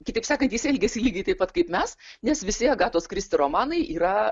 kitaip sakant jis elgiasi lygiai taip pat kaip mes nes visi agatos kristi romanai yra